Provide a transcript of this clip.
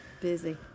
Busy